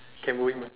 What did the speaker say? ah